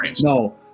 no